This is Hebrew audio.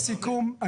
לסיכום,